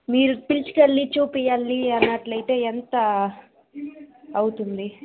మీరి తీసుకెళ్ళి చూపియాలి అన్నట్లైతే ఎంత అవుతుంది